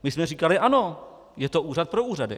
My jsme říkali ano, je to úřad pro úřady.